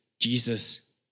Jesus